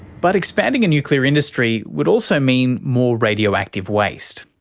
but expanding a nuclear industry would also mean more radioactive waste.